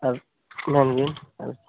ᱟᱨ ᱢᱮᱱ ᱵᱤᱱ